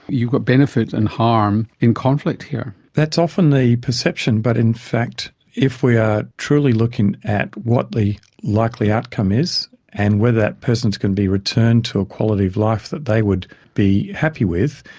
you've got benefit and harm in conflict here. that's often the perception, but in fact if we are truly looking at what the likely outcome is and whether that person is going to be returned to a quality of life that they would be happy with,